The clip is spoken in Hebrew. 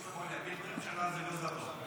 להפיל את הממשלה זה לא זדון.